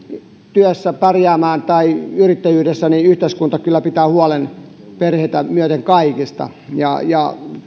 työssä pärjäämään tai yrittäjyydessä niin yhteiskunta kyllä pitää huolen perheitä myöten kaikista